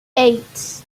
eight